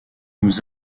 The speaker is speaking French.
nous